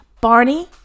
Barney